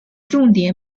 重点